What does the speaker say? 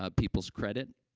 ah people's credit